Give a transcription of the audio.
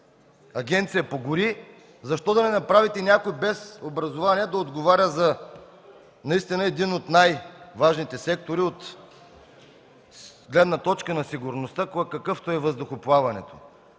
Агенция по горите, защо да не направите някой без образование да отговаря за наистина един от най-важните сектори от гледна точка на сигурността, какъвто е въздухоплаването.